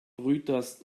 brüters